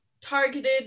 targeted